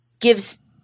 gives